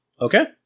Okay